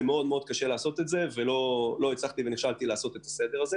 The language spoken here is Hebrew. זה מאוד קשה ולכן נכשלתי בזה.